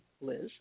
Liz